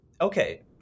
okay